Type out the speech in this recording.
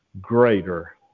greater